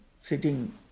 sitting